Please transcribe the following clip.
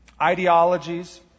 ideologies